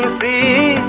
d.